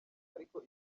aliko